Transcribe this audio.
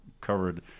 covered